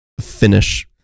finish